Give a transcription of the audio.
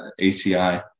ACI